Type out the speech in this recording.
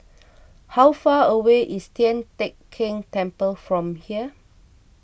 how far away is Tian Teck Keng Temple from here